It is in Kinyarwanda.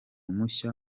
mushya